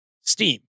Steam